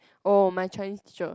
oh my Chinese teacher